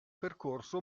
percorso